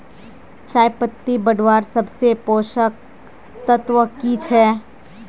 चयपत्ति बढ़वार सबसे पोषक तत्व की छे?